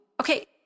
okay